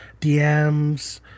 DMs